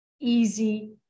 easy